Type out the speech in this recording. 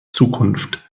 zukunft